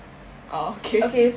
oh okay